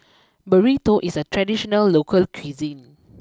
Burrito is a traditional local cuisine